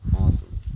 Awesome